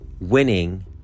winning